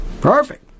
Perfect